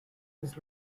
his